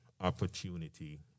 opportunity